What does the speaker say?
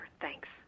Thanks